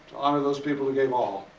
honor those people who gave all,